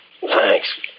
thanks